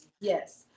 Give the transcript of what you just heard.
Yes